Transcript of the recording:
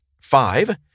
five